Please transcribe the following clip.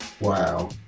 wow